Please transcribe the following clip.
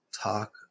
talk